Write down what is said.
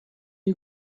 you